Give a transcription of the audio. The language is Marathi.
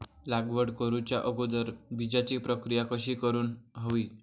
लागवड करूच्या अगोदर बिजाची प्रकिया कशी करून हवी?